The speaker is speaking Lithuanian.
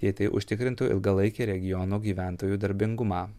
jei tai užtikrintų ilgalaikį regiono gyventojų darbingumą